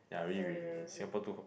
yeah really really Singapore too hot